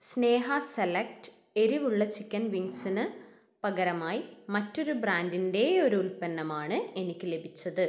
സ്നേഹ select എരിവുള്ള chicken വിംഗ്സിന് പകരമായി മറ്റൊരു ബ്രാൻഡിന്റെ ഒരു ഉൽപ്പന്നമാണ് എനിക്ക് ലഭിച്ചത്